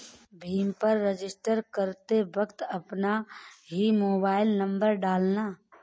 भीम पर रजिस्टर करते वक्त अपना ही मोबाईल नंबर डालना